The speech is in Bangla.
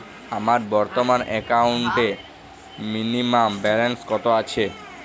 আমার বর্তমান একাউন্টে মিনিমাম ব্যালেন্স কত আছে?